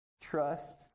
Trust